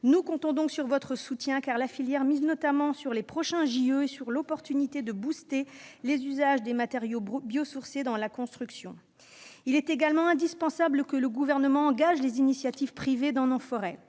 Nous comptons sur votre soutien, car la filière mise notamment sur les prochains jeux Olympiques, qui seront l'occasion de promouvoir les usages de matériaux biosourcés dans la construction. Il est également indispensable que le Gouvernement encourage les initiatives privées dans nos forêts.